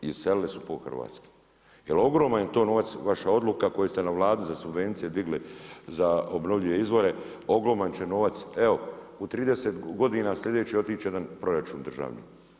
Iselile su pola Hrvatske jer ogroman je to novac, vaša odluka koju ste na Vladi subvencije digli za obnovljive izvore, ogroman će novac, evo u 30 godina slijedećih, otići će nam proračun državni.